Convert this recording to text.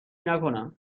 نکنم